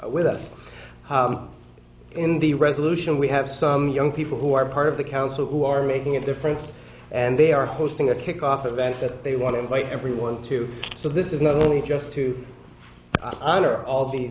with us in the resolution we have some young people who are part of the council who are making a difference and they are hosting a kickoff event that they want to invite everyone to so this is not only just to honor all of these